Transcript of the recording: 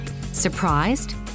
Surprised